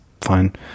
fine